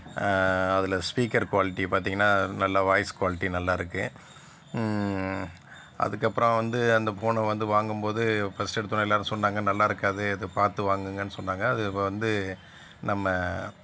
அதில் speaker quality பார்த்திங்கன்னா நல்லா வாய்ஸ் குவாலிட்டி நல்லா இருக்குது அதுக்கப்புறம் வந்து அந்த ஃபோனை வந்து வாங்கும் போது ஃபஸ்ட்டு எடுத்த உடனே எல்லோரும் சொன்னாங்க நல்லா இருக்காது இது பார்த்து வாங்குங்கன்னு சொன்னாங்க அது வந்து நம்ம